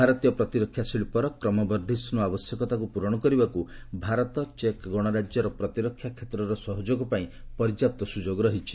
ଭାରତୀୟ ପ୍ରତିରକ୍ଷା ଶିକ୍ଷର କ୍ରମବର୍ଦ୍ଧିଷ୍ଟୁ ଆବଶ୍ୟକତାକୁ ପ୍ରରଣ କରିବାକୁ ଭାରତ ଚେକ୍ ଗଣରାଜ୍ୟର ପ୍ରତିରକ୍ଷା କ୍ଷେତ୍ରର ସହଯୋଗପାଇଁ ପର୍ଯ୍ୟାପ୍ତ ସୁଯୋଗ ରହିଛି